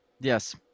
Yes